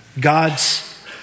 God's